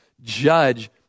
judge